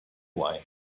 why